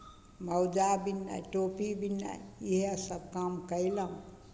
मोजा बिननाइ टोपी बिननाइ इएहसभ काम कयलहुँ